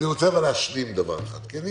אני רוצה להשלים דבר אחד כי אני